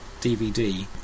DVD